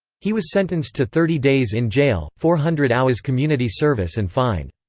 he was sentenced to thirty days in jail, four hundred hours' community service and fined.